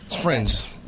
Friends